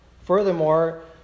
Furthermore